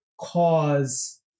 cause